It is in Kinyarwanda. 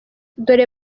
dore